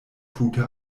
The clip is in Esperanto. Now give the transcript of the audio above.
tute